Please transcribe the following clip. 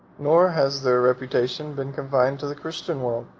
nor has their reputation been confined to the christian world.